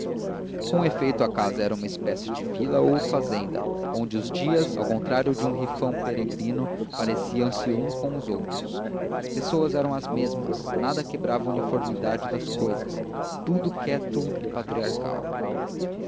com efeito a casa era uma espécie de vila ou fazenda onde os dias ao contrário de um rifão peregrino pareciam se uns com os outros as pessoas eram as mesmas nada quebrava a uniformidade das cousas tudo quieto e patriarcal